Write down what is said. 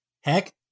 Heck